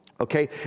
Okay